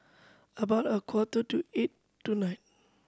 about a quarter to eight tonight